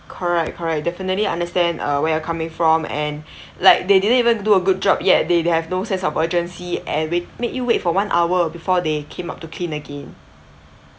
correct correct definitely I understand err where you're coming from and like they didn't even do a good job yet they have no sense of urgency and wait make you wait for one hour before they came up to clean again